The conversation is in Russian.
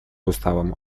уставом